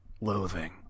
Loathing